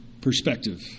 perspective